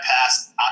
pass